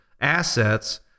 assets